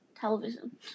television